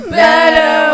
better